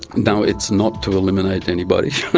no, it's not to eliminate anybody.